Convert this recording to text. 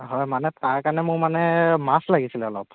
হয় মানে তাৰকাৰণে মোৰ মানে মাছ লাগিছিল অলপ